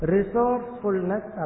Resourcefulness